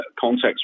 context